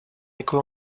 écho